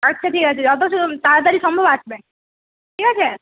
আচ্ছা ঠিক আছে যত তাড়াতাড়ি সম্ভব আসবেন ঠিক আছে